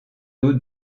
d’eau